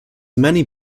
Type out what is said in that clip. many